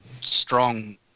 strong